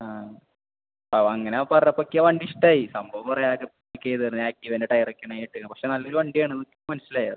ആ ഓ അങ്ങനെ പറഞ്ഞപ്പോഴേക്ക് വണ്ടി ഇഷ്ടമായി സംഭവം വേറെ ആരും ബുക്ക് ചെയ്തത് ആക്റ്റീവേൻ്റെ ടയർ ഒക്കെ ആയിട്ട് പക്ഷേ നല്ലൊരു വണ്ടിയാണ് മനസ്സിലായത്